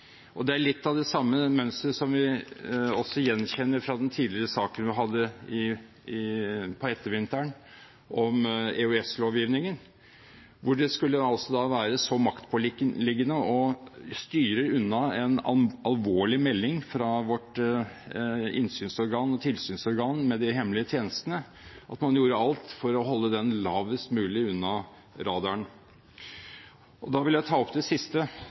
Og det er litt av det samme mønsteret som vi gjenkjenner fra den tidligere saken vi hadde på ettervinteren, om EOS-lovgivningen, hvor det altså skulle være så maktpåliggende å styre unna en alvorlig melding fra vårt innsynsorgan og tilsynsorgan med de hemmelige tjenestene, at man gjorde alt for å holde den lavest mulig under radaren. Da vil jeg ta opp det siste,